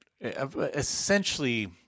essentially